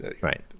Right